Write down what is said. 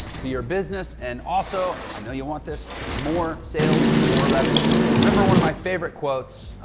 to your business, and also, i know you want this, more sales and more revenue. remember one of my favorite quotes,